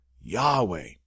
Yahweh